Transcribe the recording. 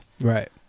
Right